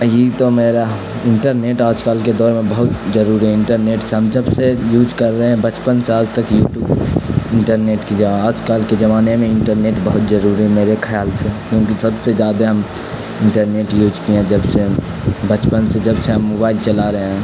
یہی تو میرا انٹرنیٹ آج کل کے دور میں بہت ضروری ہے انٹرنیٹ سے ہم جب سے یوز کر رہے ہیں بچپن سے آج تک یوٹیوب انٹرنیٹ کی جگہ آج کل کے زمانے میں انٹرنیٹ بہت ضروری ہے میرے خیال سے کیونکہ سب سے زیادہ ہم انٹرنیٹ یوز کیے ہیں جب سے بچپن سے جب سے ہم موبائل چلا رہے ہیں